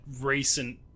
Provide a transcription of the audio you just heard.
recent